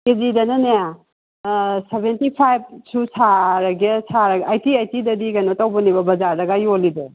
ꯀꯦꯖꯤꯗꯅꯅꯦ seventy five ꯁꯨ ꯁꯥꯔꯒꯦ ꯑꯩꯇꯤ ꯑꯩꯇꯤꯗꯗꯤ ꯀꯩꯅꯣ ꯇꯧꯕꯅꯦꯕ ꯕꯖꯥꯔꯗꯒ ꯌꯣꯜꯂꯤꯗꯣ